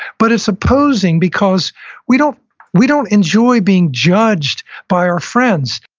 but it's opposing because we don't we don't enjoy being judged by our friends.